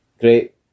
great